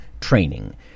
training